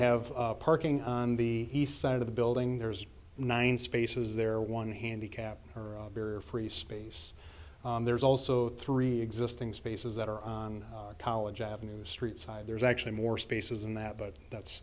have parking on the east side of the building there's nine spaces there one handicapped barrier free space there's also three existing spaces that are on college avenue street side there's actually more spaces in that but that's